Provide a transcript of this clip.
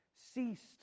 ceased